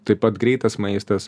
taip pat greitas maistas